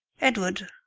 edward,